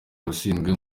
abashinzwe